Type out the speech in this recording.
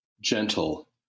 gentle